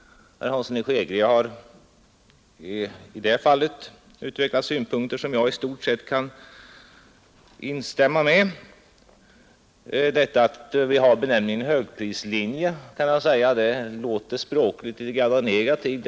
Herr Hansson i Skegrie har i det fallet uttryckt synpunkter som jag i stort sett kan instämma i. Benämningen högprislinje, som vi använder oss av, låter språkligt litet negativt.